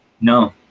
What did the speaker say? No